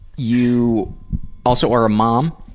you also are a mom.